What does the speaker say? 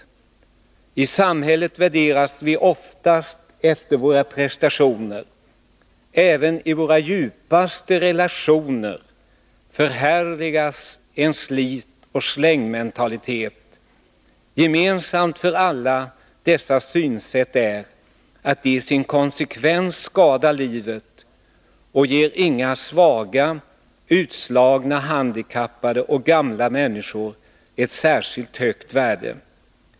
I samhället värderas vi oftast efter våra prestationer. Även i våra djupaste relationer förhärligas en slitoch-släng-mentalitet. Gemensamt för alla dessa synsätt är att de i sin konsekvens skadar livet och inte ger svaga, utslagna, handikappade och gamla människor något särskilt högt värde.